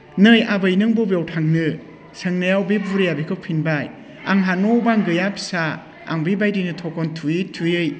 नै आबै नों बबेयाव थांनो सोंनायाव बे बुरैया बिखौ फिनबाय आंहा न' बां गैया फिसा आं बेबायदिनो थखन थुयै थुयै